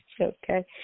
Okay